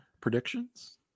predictions